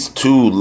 two